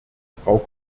frau